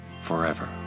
forever